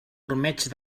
ormeig